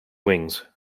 wings